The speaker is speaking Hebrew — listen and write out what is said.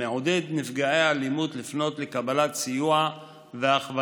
המעודד נפגעי אלימות לפנות לקבלת סיוע והכוונה.